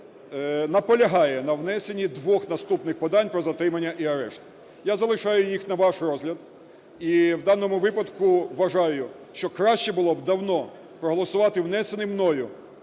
САП наполягають на внесенні двох наступних подань про затримання і арешт. Я залишаю їх на ваш розгляд, і в даному випадку вважаю, що краще було б давно проголосувати внесений мною